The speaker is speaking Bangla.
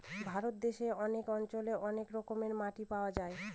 ভারত দেশে অনেক অঞ্চলে অনেক রকমের মাটি পাওয়া যায়